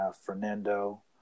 Fernando